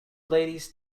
ladies